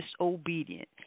disobedient